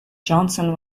johnson